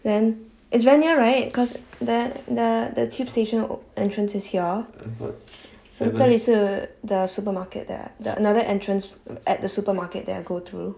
then it's very near right because that the the tube station entrance is here then 这里是 the supermarket that I the another entrance at the supermarket that I go through